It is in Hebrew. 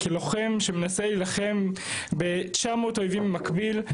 כלוחם שמנסה להילחם ב- 900 אויבים במקביל,